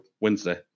Wednesday